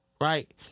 Right